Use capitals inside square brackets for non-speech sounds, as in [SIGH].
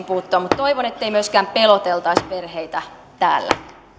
[UNINTELLIGIBLE] puuttua mutta toivon ettei myöskään peloteltaisi perheitä täällä